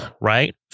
right